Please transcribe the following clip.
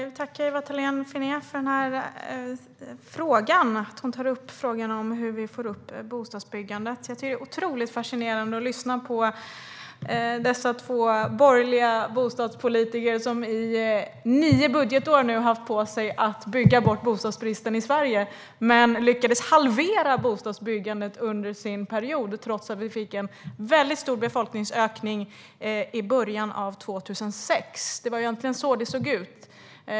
Fru talman! Jag vill tacka Ewa Thalén Finné för att hon tar upp frågan om hur vi får upp bostadsbyggandet. Jag tycker att det är otroligt fascinerande att lyssna på dessa två borgerliga bostadspolitiker som hade nio budgetår på sig att bygga bort bostadsbristen i Sverige men lyckades halvera bostadsbyggandet under sin period, trots att vi fick en väldigt stor befolkningsökning i början av 2006. Det var egentligen så det såg ut.